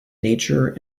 nature